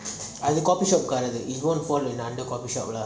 அது:athu coffee shop கரந்து:kaaranthu he wont fall under coffee shop lah